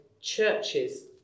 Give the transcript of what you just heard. churches